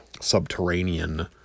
subterranean